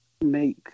make